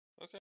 Okay